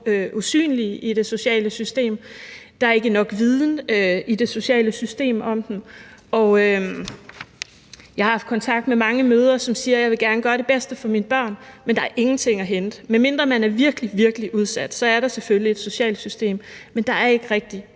usynlige i det sociale system. Der er ikke nok viden i det sociale system om dem. Jeg har haft kontakt med mange mødre, som siger, at de gerne vil gøre det bedste for deres børn, men der er intet at hente, medmindre man er virkelig, virkelig udsat – så er der selvfølgelig et socialt system, men der er ikke rigtig